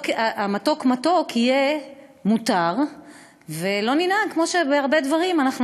המתוק-מתוק יהיה מותר ולא ננהג כמו בהרבה דברים שאנחנו